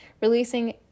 releasing